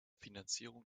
finanzierung